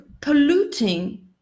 polluting